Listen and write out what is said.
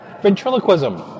ventriloquism